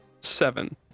seven